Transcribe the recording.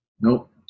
Nope